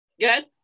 good